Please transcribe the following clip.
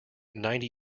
ninety